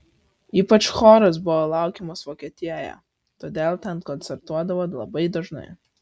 ypač choras buvo laukiamas vokietijoje todėl ten koncertuodavo labai dažnai